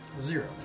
Zero